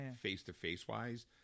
face-to-face-wise